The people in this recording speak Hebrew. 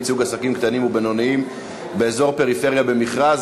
ייצוג עסקים קטנים ובינוניים באזור פריפריה במכרז).